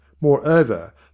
Moreover